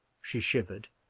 she shivered,